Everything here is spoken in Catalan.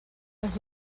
les